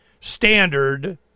standard